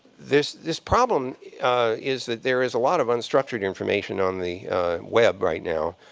this this problem is that there is a lot of unstructured information on the web right now.